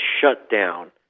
shutdown